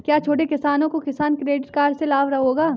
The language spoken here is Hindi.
क्या छोटे किसानों को किसान क्रेडिट कार्ड से लाभ होगा?